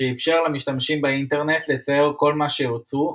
שאפשר למשתמשים באינטרנט לצייר כל מה שירצו,